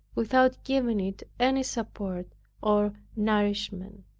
without giving it any support or nourishment.